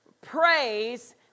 praise